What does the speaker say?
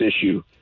issue